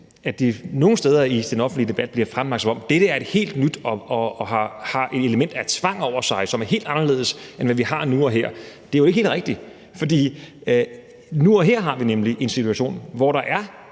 er nogle steder i den offentlige debat blevet fremlagt, som om det er helt nyt, og at det har et element af tvang over sig, som er helt anderledes, end hvad vi har nu og her. Det er ikke helt rigtigt, for nu og her har vi nemlig en situation, hvor der er